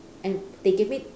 and they give me